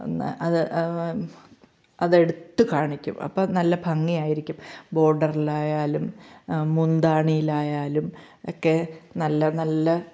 അത് അതെടുത്ത് കാണിക്കും അപ്പം നല്ല ഭംഗിയായിരിക്കും ബോർഡറിലായാലും മുന്താണിയിലായാലും ഒക്കെ നല്ല നല്ല